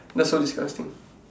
that's so disgusting